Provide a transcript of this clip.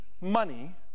money